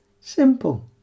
Simple